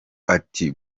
ati